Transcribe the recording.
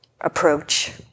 approach